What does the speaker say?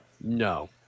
No